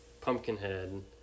Pumpkinhead